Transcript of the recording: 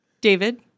David